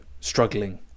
struggling